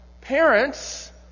parents